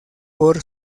por